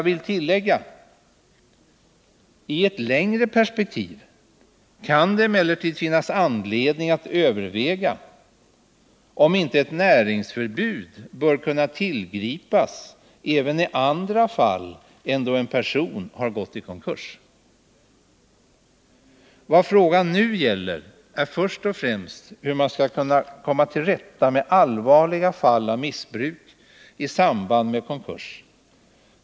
I ett längre perspektiv kan det emellertid finnas anledning att överväga om inte ett näringsförbud bör kunna tillgripas även i andra fall än då en person har gått i konkurs. Vad frågan nu gäller är först och främst hur man skall komma till rätta med allvarliga fall av missbruk i samband med konkurs.